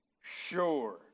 sure